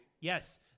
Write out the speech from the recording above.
Yes